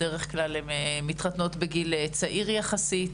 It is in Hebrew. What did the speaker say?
בדרך כלל הן מתחתנות בגיל צעיר יחסית,